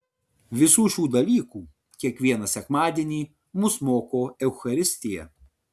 visų šių dalykų kiekvieną sekmadienį mus moko eucharistija